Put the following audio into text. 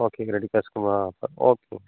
ஓகேங்க ready cash கொடுக்கணுமா ஓகேங்க ஓகே